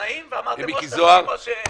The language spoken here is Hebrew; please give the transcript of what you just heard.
--- מהתנאים ואמרתם עוד פעם כמו --- כרגיל.